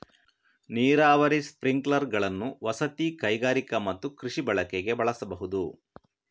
ನೀರಾವರಿ ಸ್ಪ್ರಿಂಕ್ಲರುಗಳನ್ನು ವಸತಿ, ಕೈಗಾರಿಕಾ ಮತ್ತು ಕೃಷಿ ಬಳಕೆಗೆ ಬಳಸಬಹುದು